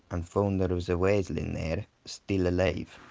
and found there was a weasel in there still alive.